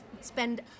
spend